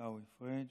עיסאווי פריג',